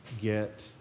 get